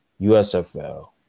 USFL